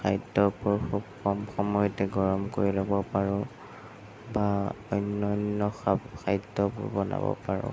খাদ্যবোৰ খুব কম সময়তে গৰম কৰি ল'ব পাৰোঁ বা অন্যান্য খা খাদ্যবোৰ বনাব পাৰোঁ